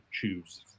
choose